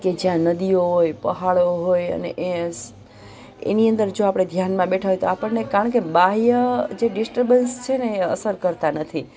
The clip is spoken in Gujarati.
કે જ્યાં નદીઓ હોય પહાડો હોય અને એસ એની અંદર જો આપણે ધ્યાનમાં બેઠા હોય તો આપણને કારણ કે બાહ્ય જે ડિસ્ટર્બન્સ છેને એ અસર કરતા નથી